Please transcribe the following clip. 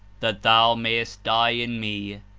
that thou may est die in me,